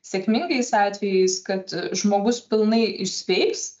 sėkmingais atvejais kad žmogus pilnai išsveiks